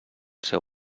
seu